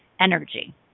energy